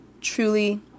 truly